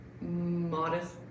modest